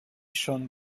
schon